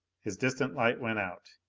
his distant light went out.